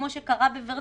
כמו שקרה בוורסאי,